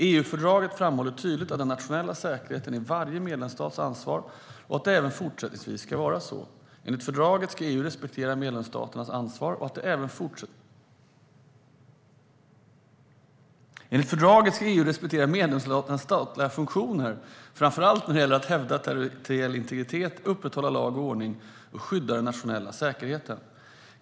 EU-fördraget framhåller tydligt att den nationella säkerheten är varje medlemsstats ansvar och att det även fortsättningsvis ska vara så. Enligt fördraget ska EU respektera medlemsstaternas statliga funktioner, framför allt när det gäller att hävda territoriell integritet, upprätthålla lag och ordning och skydda den nationella säkerheten.